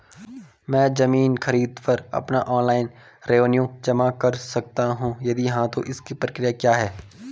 मैं ज़मीन खरीद पर अपना ऑनलाइन रेवन्यू जमा कर सकता हूँ यदि हाँ तो इसकी प्रक्रिया क्या है?